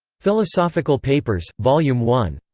philosophical papers, vol. yeah um one.